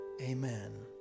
Amen